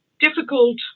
difficult